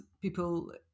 people